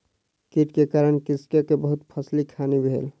कीट के कारण कृषक के बहुत फसिलक हानि भेल